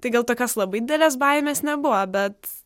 tai gal tokios labai didelės baimės nebuvo bet